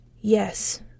yes